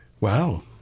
wow